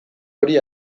hori